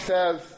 Says